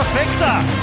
next up,